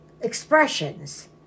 expressions